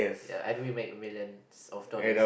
ya how do we make millions of dollars